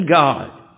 God